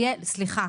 סליחה,